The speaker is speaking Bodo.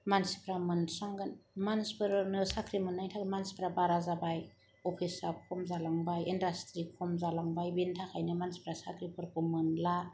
मानसिफोरा मोनस्रांगोन मानसिफोरा साख्रि मोनैनि थाखै मानसिफोरा बारा जाबाय इन्डास्ट्रि खम जालांबाय बेनि थाखायनो मानसिफोरा साख्रिफोरखौ मोनला